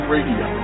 Radio